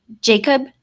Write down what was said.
Jacob